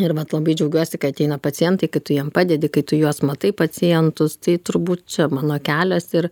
ir vat labai džiaugiuosi kai ateina pacientai kai tu jiem padedi kai tu juos matai pacientus tai turbūt čia mano kelias ir